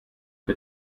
für